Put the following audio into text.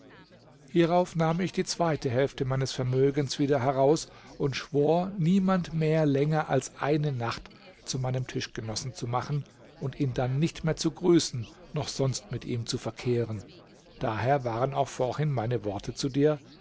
hierauf nahm ich die zweite hälfte meines vermögens wieder heraus und schwor niemand mehr länger als eine nacht zu meinem tischgenossen zu machen und ihn dann nicht mehr zu grüßen noch sonst mit ihm zu verkehren daher waren auch vorhin meine worte zu dir